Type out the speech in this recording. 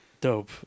Dope